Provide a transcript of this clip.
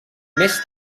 més